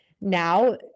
now